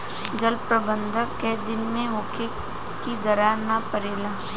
जल प्रबंधन केय दिन में होखे कि दरार न परेला?